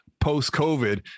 post-COVID